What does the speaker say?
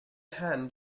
hand